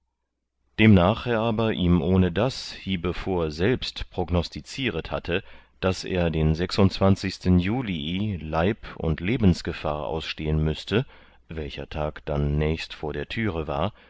demnach er aber ihm ohndas hiebevor selbst prognostizieret hatte daß er den juli leib und lebensgefahr ausstehen müßte welcher tag dann nächst vor der türe war